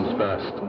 first